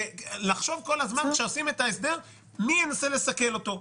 לחשוב כל הזמן כאשר עושים את ההסדר מי ינסה לסכל אותו.